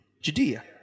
Judea